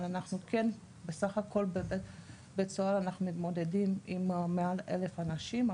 אבל אנחנו כן בסך הכל בבית סוהר מתמודדים עם מעל 1,000 אנשים.